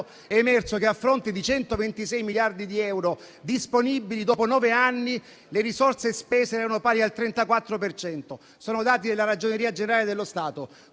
è emerso che, a fronte di 126 miliardi di euro disponibili dopo nove anni, le risorse spese erano pari al 34 per cento. Sono dati della Ragioneria generale dello Stato,